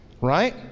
right